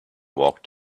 walked